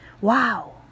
Wow